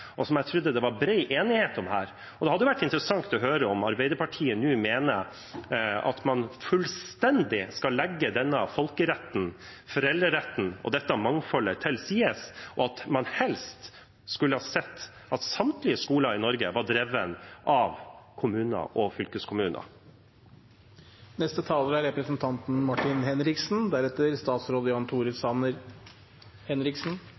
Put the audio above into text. og som jeg trodde det var bred enighet om her. Det hadde vært interessant å høre om Arbeiderpartiet nå mener at man skal legge denne folkeretten, foreldreretten, og dette mangfoldet fullstendig til side, og at man helst skulle sett at samtlige skoler i Norge var drevet av kommuner og fylkeskommuner. Svaret på det siste spørsmålet fra representanten